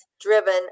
driven